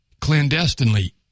clandestinely